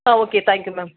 ah okay thank you ma'am